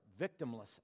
victimless